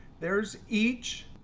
there's each.